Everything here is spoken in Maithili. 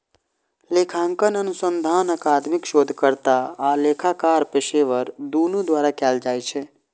लेखांकन अनुसंधान अकादमिक शोधकर्ता आ लेखाकार पेशेवर, दुनू द्वारा कैल जाइ छै